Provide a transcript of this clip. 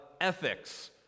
ethics